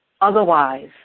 Otherwise